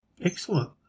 Excellent